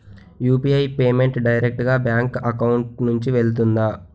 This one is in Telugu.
యు.పి.ఐ పేమెంట్ డైరెక్ట్ గా బ్యాంక్ అకౌంట్ నుంచి వెళ్తుందా?